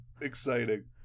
exciting